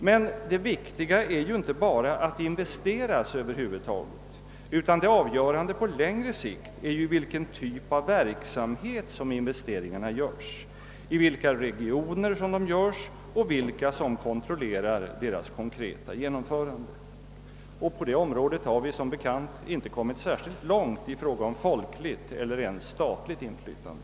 Men det viktiga är ju inte att det investeras över huvud taget, utan det på längre sikt avgörande är i vilken typ av verksamhet som investeringarna göres, i vilka regioner de göres och vilka som kontrollerar investeringarnas konkreta genomförande. Och på det området har vi som bekant inte kommit särskilt långt i fråga om folkligt eller rent statligt inflytande.